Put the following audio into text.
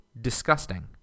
disgusting